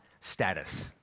status